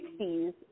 60s